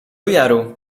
jaru